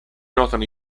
notano